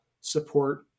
support